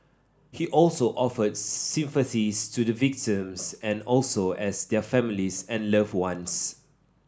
he also offered sympathies to the victims and also as their families and loved ones